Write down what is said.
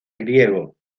griego